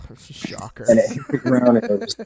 Shocker